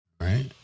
right